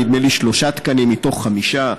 נדמה לי שלושה תקנים מתוך חמישה.